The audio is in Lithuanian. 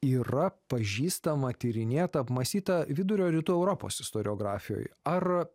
yra pažįstama tyrinėta apmąstyta vidurio rytų europos istoriografijoj ar